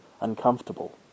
uncomfortable